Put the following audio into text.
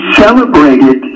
celebrated